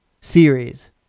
series